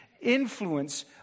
influence